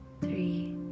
three